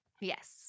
Yes